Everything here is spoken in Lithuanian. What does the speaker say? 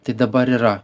tai dabar yra